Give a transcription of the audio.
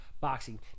boxing